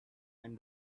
and